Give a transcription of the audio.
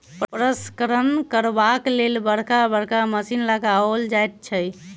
प्रसंस्करण करबाक लेल बड़का बड़का मशीन लगाओल जाइत छै